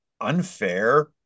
unfair